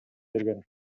берген